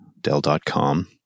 Dell.com